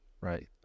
right